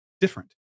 different